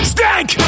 Stank